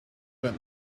that